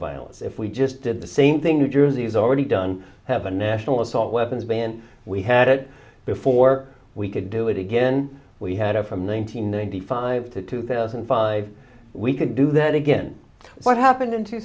violence if we just did the same thing the jersey's already done have a national assault weapons ban we had it before we could do it again we had a from one nine hundred ninety five to two thousand and five we could do that again what happened in two